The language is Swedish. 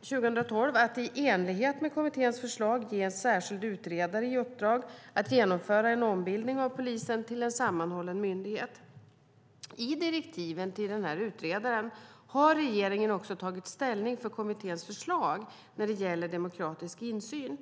2012 att i enlighet med kommitténs förslag ge en särskild utredare i uppdrag att genomföra en ombildning av polisen till en sammanhållen myndighet. I direktiven till utredaren har regeringen också tagit ställning för kommitténs förslag när det gäller demokratisk insyn.